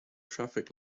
traffic